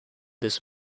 this